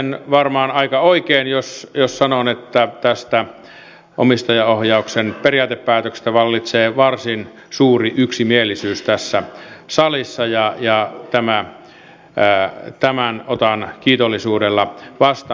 tulkitsen varmaan aika oikein jos sanon että tästä omistajaohjauksen periaatepäätöksestä vallitsee varsin suuri yksimielisyys tässä salissa ja tämän otan kiitollisuudella vastaan